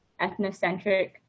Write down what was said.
ethnocentric